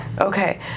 Okay